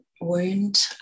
wound